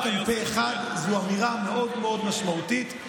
כאן פה אחד זו אמירה מאוד מאוד משמעותית.